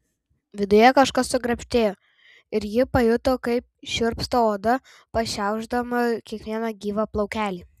viduje kažkas sukrebždėjo ir ji pajuto kaip šiurpsta oda pašiaušdama kiekvieną gyvą plaukelį